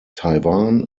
taiwan